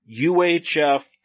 UHF